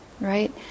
Right